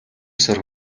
ёсоор